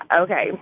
Okay